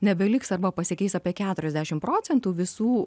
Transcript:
nebeliks arba pasikeis apie keturiasdešim procentų visų